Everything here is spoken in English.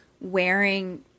wearing